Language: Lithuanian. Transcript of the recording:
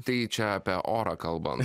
tai čia apie orą kalbant